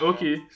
Okay